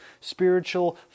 spiritual